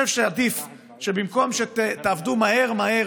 אני חושב שעדיף שבמקום שתעבדו מהר מהר